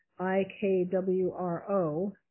IKWRO